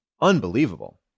unbelievable